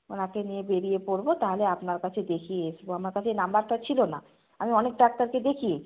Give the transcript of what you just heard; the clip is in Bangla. ওনাকে নিয়ে বেরিয়ে পড়ব তাহলে আপনার কাছে দেখিয়ে আসবো আমার কাছে নাম্বারটা ছিল না আমি অনেক ডাক্তারকে দেখিয়েছি